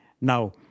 Now